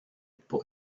pour